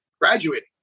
graduating